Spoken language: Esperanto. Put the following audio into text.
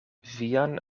vian